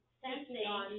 sensing